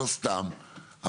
לא סתם,